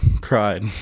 cried